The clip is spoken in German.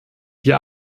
wir